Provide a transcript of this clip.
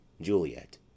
Juliet